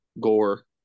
gore